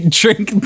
drink